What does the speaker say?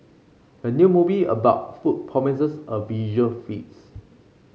the new movie about food promises a visual feast